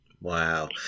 Wow